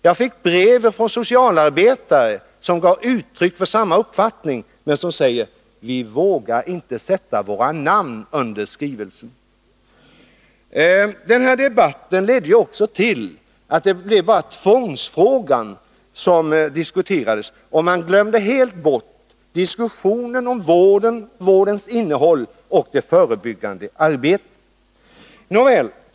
Jag fick brev från socialarbetare, där man gav uttryck för samma uppfattning men framhöll att maninte vågade sätta sina namn under skrivelsen. Denna debatt ledde till att det blev bara tvångsfrågan som diskuterades. Man glömde helt bort diskussionen om vårdens innehåll och det förebyggande arbetet.